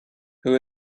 who